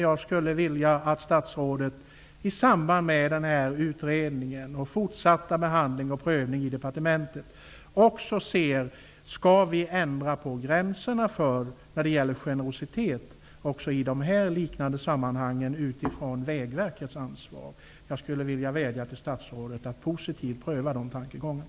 Jag skulle vilja att statsrådet i samband med utredningen och med den fortsatta behandlingen och prövningen i departementet också undersöker om vi skall ändra på gränserna för Vägverkets ansvar. Jag vädjar till statsrådet att positivt pröva den tankegången.